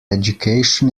education